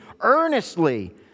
earnestly